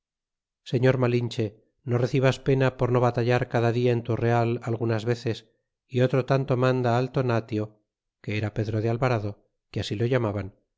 señor lalinche no recibas pena por no batallar cada dia en tu real algunas veces y otro tanto manda al tonatio que era pedro de alvarado que así lo llamaban